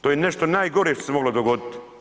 To je nešto najgore što se moglo dogodit.